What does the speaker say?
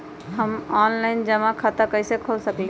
हम ऑनलाइन जमा खाता कईसे खोल सकली ह?